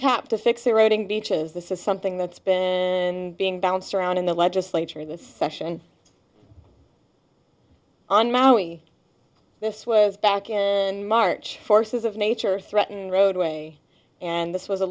top to fix eroding beaches this is something that's been being bounced around in the legislature this session on maui this was back in march forces of nature threatened roadway and this was a